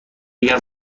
دیگر